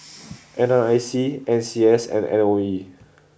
N R I C N C S and M O E